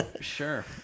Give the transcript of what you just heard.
Sure